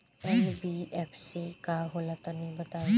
NBFC का होला तनि बताई?